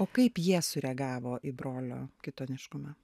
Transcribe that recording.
o kaip jie sureagavo į brolio kitoniškumą